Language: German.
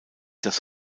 das